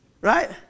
Right